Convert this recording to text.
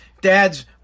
Dads